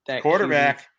quarterback